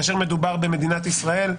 כאשר מדובר במדינת ישראל,